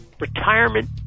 Retirement